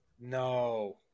No